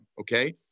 okay